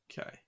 okay